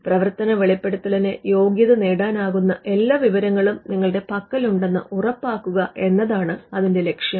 പ്രവർത്തന വെളിപ്പെടുത്തലിന് യോഗ്യത നേടാനാകുന്ന എല്ലാ വിവരങ്ങളും നിങ്ങളുടെ പക്കലുണ്ടെന്ന് ഉറപ്പാക്കുക എന്നതാണ് അതിന്റെ ലക്ഷ്യം